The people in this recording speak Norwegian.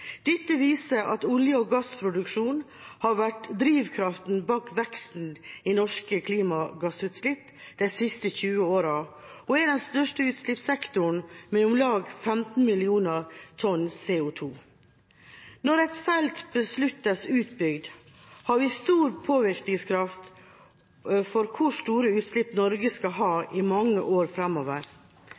Dette viser at olje- og gassproduksjon har vært drivkraften bak veksten i norske klimagassutslipp de siste 20 årene, og er den største utslippssektoren med om lag 15 millioner tonn CO 2 . Når et felt besluttes utbygd, har vi stor påvirkningskraft for hvor store utslipp Norge skal ha i mange år framover.